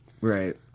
Right